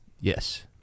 Yes